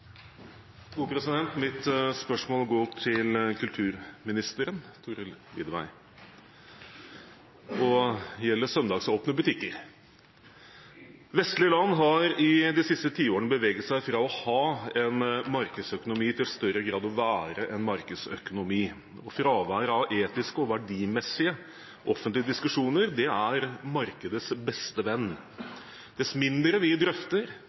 gjelder søndagsåpne butikker. Vestlige land har i de siste tiårene beveget seg fra å ha en markedsøkonomi til i større grad å være en markedsøkonomi. Fravær av etiske og verdimessige offentlige diskusjoner er markedets beste venn. Dess mindre vi drøfter